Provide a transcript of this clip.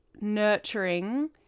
nurturing